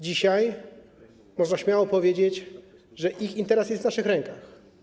Dzisiaj można śmiało powiedzieć, że jego interes jest w naszych rękach.